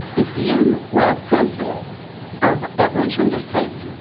if you were a person of aboriginal descent,